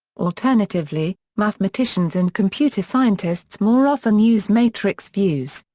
alternatively, mathematicians and computer scientists more often use matrix views.